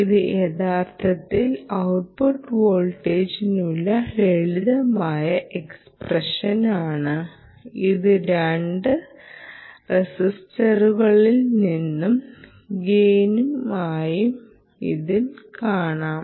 ഇത് യഥാർത്ഥ ഔട്ട്പുട്ട് വോൾട്ടേജിനുള്ള ലളിതമായ എക്സ്പ്രഷൻ ഈ രണ്ട് റെസിസ്റ്ററുകളിൽ നിന്നുള്ള ഗെയിൻ ഫാക്ടറും ഇതിൽ കാണാം